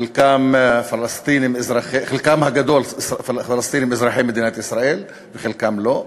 חלקם הגדול פלסטינים אזרחי מדינת ישראל וחלקם לא,